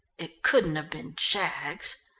it couldn't have been jaggs.